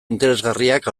interesgarriak